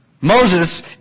Moses